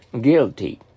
Guilty